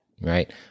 right